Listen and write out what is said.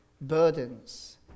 burdens